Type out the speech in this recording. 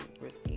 receive